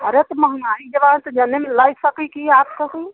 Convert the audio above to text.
अरे तो महंगाई जबाऊ तो जनने में लै सकी की आपको की